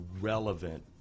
relevant